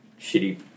shitty